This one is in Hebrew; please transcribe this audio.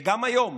וגם היום,